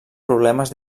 problemes